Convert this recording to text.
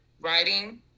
writing